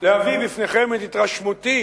להביא בפניכם את התרשמותי